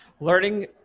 learning